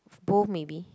if both maybe